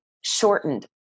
shortened